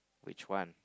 which one